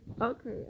okay